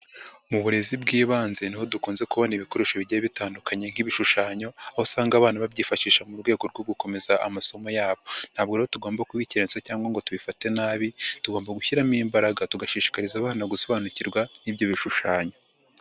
Mu burezi bw'ibanze niho dukunze kubona ibikoresho bigiye bitandukanye nk'ibishushanyo ,aho usanga abana babyifashisha mu rwego rwo gukomeza amasomo yabo, ntabwo rero tugomba kubikeretsa cyangwa ngo tubifate nabi ,tugomba gushyiramo imbaraga ,tugashishikariza abana gusobanukirwa n'ibyo bishushanyo.